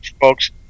folks